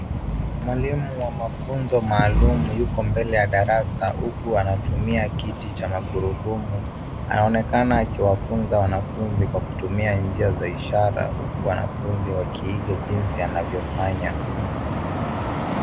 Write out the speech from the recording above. Mwalimu wa mafunzo maalum yuko mbele ya darasa huku anatumia kiti cha magurudumu. Anaonekana akiwafunza wanafunzi kwa kutumia njia za ishara huku wanafunzi wakiiga jinsi anavyofanya.